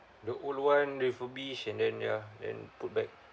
the old one refurbish and then ya and put back